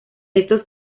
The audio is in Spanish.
estos